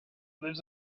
lives